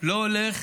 לא הולך